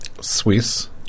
Swiss